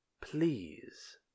Please